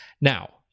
Now